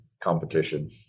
competition